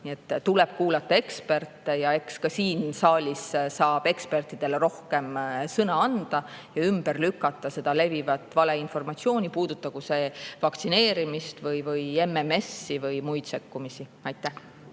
Tuleb kuulata eksperte. Eks ka siin saalis saab ekspertidele rohkem sõna anda ja ümber lükata levivat valeinformatsiooni, puudutagu see vaktsineerimist või MMS-i või muid sekkumisi. Suur